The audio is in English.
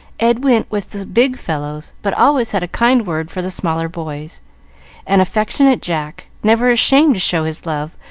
ed went with the big fellows, but always had a kind word for the smaller boys and affectionate jack, never ashamed to show his love,